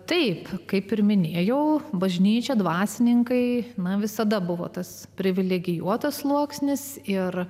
taip kaip ir minėjau bažnyčia dvasininkai na visada buvo tas privilegijuotas sluoksnis ir